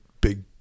big